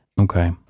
Okay